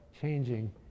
changing